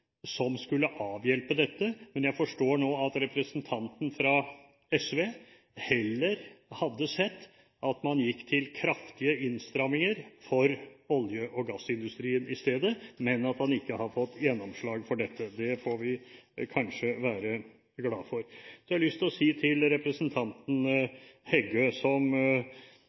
som skulle avhjelpe dette. Jeg forstår nå at representanten fra SV heller hadde sett at man gikk til kraftige innstramminger for olje- og gassindustrien, men at han ikke har fått gjennomslag for det. Det får vi kanskje være glad for. Representanten Heggø sto her oppe og snakket om at det er en svakhet i alle statistikker. Det er tydeligvis alle statistikker som